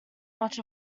much